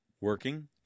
working